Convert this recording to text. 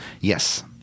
Yes